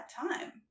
time